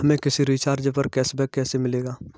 हमें किसी रिचार्ज पर कैशबैक कैसे मिलेगा?